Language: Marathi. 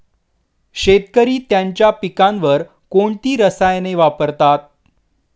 शेतकरी त्यांच्या पिकांवर कोणती रसायने वापरतात?